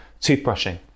toothbrushing